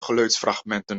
geluidsfragmenten